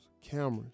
cameras